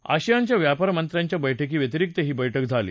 आशियानच्या व्यापार मंत्र्यांच्या बैठकी व्यतिरिक्त ही बैठक झाली